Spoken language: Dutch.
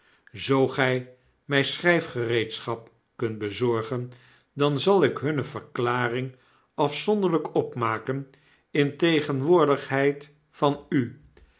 zoo gy my schryfgereedschap kunt bezorgen dan zal ik hunne verklaring afzonderlijk opmaken in tegenwoordigheid van u